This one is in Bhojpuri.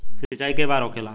सिंचाई के बार होखेला?